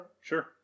sure